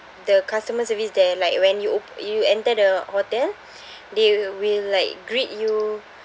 the customer service there like when you op~ you enter the hotel they will like greet you